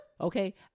Okay